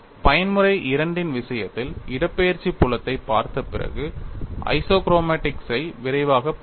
பயன்முறை II இன் விஷயத்தில் இடப்பெயர்ச்சி புலத்தைப் பார்த்த பிறகு ஐசோக்ரோமாடிக்ஸ் ஐ விரைவாகப் பார்ப்போம்